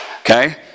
Okay